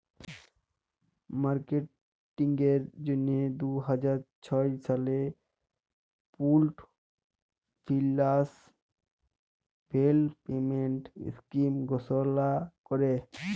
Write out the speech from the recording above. মার্কেটিংয়ের জ্যনহে দু হাজার ছ সালে সরকার পুল্ড ফিল্যাল্স ডেভেলপমেল্ট ইস্কিম ঘষলা ক্যরে